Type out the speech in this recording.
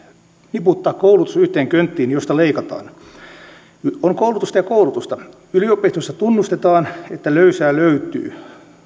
niputtaa koulutus yhteen könttiin josta leikataan on koulutusta ja koulutusta yliopistoissa tunnustetaan että löysää löytyy